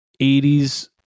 80s